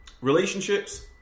Relationships